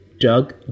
Doug